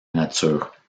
nature